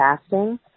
fasting